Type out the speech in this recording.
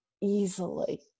easily